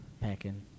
Packing